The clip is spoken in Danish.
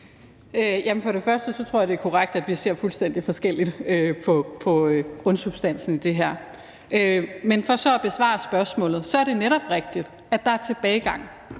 sige: Jeg tror, det er korrekt, at vi ser fuldstændig forskelligt på grundsubstansen i det her. Men for så at besvare spørgsmålet: Det er netop rigtigt, at der er tilbagegang